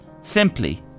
simply